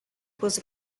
was